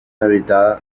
habitada